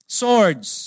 swords